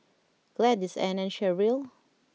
Gladis Anne and Sherryl